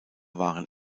waren